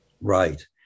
Right